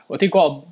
我听过